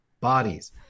bodies